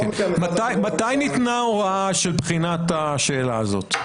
מתי ניתנה ההוראה של בחינת השאלה הזאת?